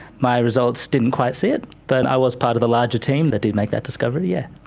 my results didn't quite see it but i was part of the larger team that did make that discovery, yes.